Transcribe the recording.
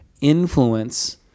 influence